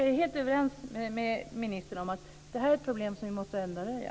Jag är helt överens med ministern om att detta är ett problem som vi måste undanröja.